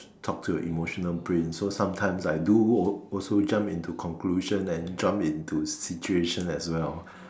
talk to emotional brain so sometimes I do also jump into conclusion and jump into situation as well